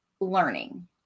learning